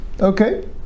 Okay